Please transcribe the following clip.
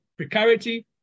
precarity